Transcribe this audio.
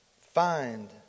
Find